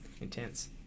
Intense